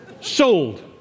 Sold